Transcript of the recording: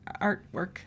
artwork